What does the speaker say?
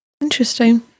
Interesting